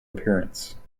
appearance